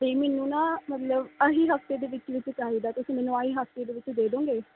ਅਤੇ ਮੈਨੂੰ ਨਾ ਮਤਲਬ ਆਹੀ ਹਫ਼ਤੇ ਦੇ ਵਿੱਚ ਵਿੱਚ ਚਾਹੀਦਾ ਤੁਸੀਂ ਮੈਨੂੰ ਆਹੀ ਹਫ਼ਤੇ ਦੇ ਵਿੱਚ ਦੇਦੋਂਗੇ